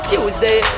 Tuesday